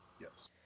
Yes